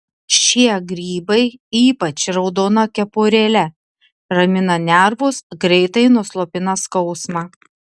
šie grybai ypač raudona kepurėle ramina nervus greitai nuslopina skausmą